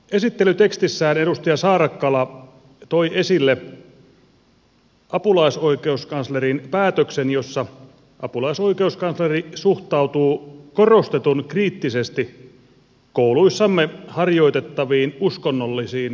esittelytekstissään edustaja saarakkala toi esille apulaisoikeuskanslerin päätöksen jossa apulaisoikeuskansleri suhtautuu korostetun kriittisesti kouluissamme harjoitettaviin uskonnollisiin tapahtumiin